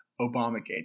Obamagate